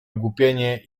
ogłupienie